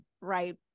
right